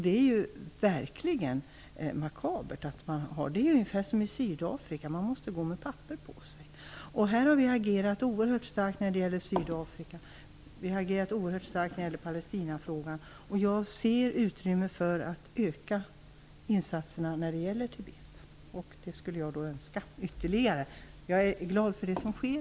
Det är ju verkligen makabert. Det är ungefär som i Sydafrika, där man måste gå omkring med papper på sig. Vi har agerat oerhört starkt när det gäller Sydafrika och Palestinafrågan. Jag ser utrymme för att öka insatserna när det gäller Tibet. Jag är glad för det som sker, men jag skulle önska ytterligare insatser.